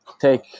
take